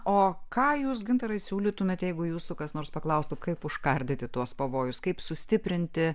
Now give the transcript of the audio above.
o ką jūs gintarai siūlytumėt jeigu jūsų kas nors paklaustų kaip užkardyti tuos pavojus kaip sustiprinti